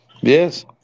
Yes